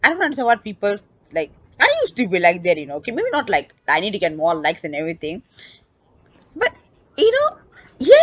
I don't understand what people like I don't used to be like that you know okay maybe not like I need to get more likes and everything but you know yes